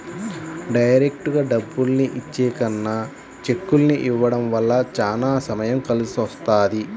డైరెక్టుగా డబ్బుల్ని ఇచ్చే కన్నా చెక్కుల్ని ఇవ్వడం వల్ల చానా సమయం కలిసొస్తది